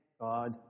God